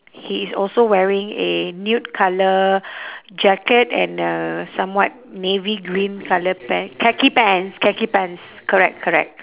he is also wearing a nude colour jacket and a somewhat navy green colour pan~ khaki pants khaki pants correct correct